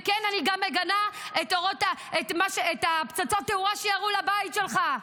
וכן, אני גם מגנה את פצצות התאורה שירו לבית שלך.